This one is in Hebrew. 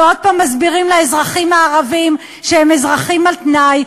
ועוד פעם מסבירים לאזרחים הערבים שהם אזרחים על-תנאי,